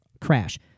crash